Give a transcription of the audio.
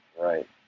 right